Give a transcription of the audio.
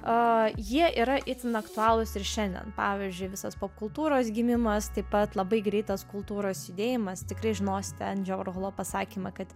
jie yra itin aktualūs ir šiandien pavyzdžiui visos popkultūros gimimas taip pat labai greitas kultūros judėjimas tikrai žinos ten pasakymą kad